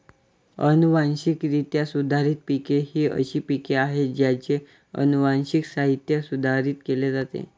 अनुवांशिकरित्या सुधारित पिके ही अशी पिके आहेत ज्यांचे अनुवांशिक साहित्य सुधारित केले जाते